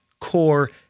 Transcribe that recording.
core